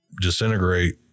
disintegrate